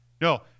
No